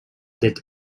did